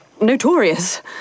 notorious